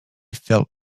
felt